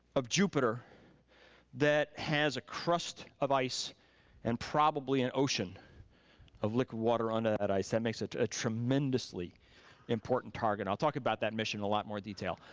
of jupiter that has a crust of ice and probably an ocean of liquid water under that ice. that makes it a tremendously important target. i'll talk about that mission in a lot more detail.